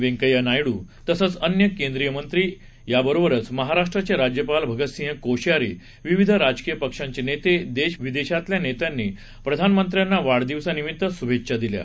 व्यंकय्या नायडू तसंच अन्य केंद्रीय मंत्री याबरोबरचं महाराष्ट्राचे राज्यपाल भगतसिंग कोश्यारी विविध राजकीय पक्षांचे नेते देश विदेशातल्या नेत्यांनी प्रधानमंत्र्यांना वाढदिवसानिमित्त शुभेच्छा दिल्या आहेत